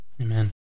Amen